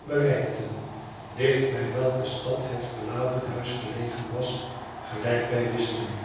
bereikten dicht bij welke stad het verlaten huis gelegen was gelijk wij wisten